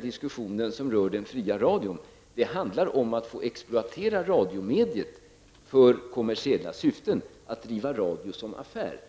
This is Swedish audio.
diskussion som rör den fria radion handlar i stor utsträckning om att exploatera radiomediet för kommersiella syften, att driva radioverksamhet som affär.